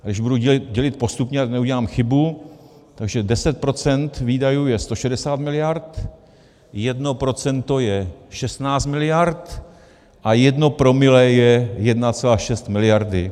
Když budu dělit postupně, ať neudělám chybu, takže deset procent výdajů je 160 miliard, jedno procento je 16 miliard a jedno promile je 1,6 miliardy.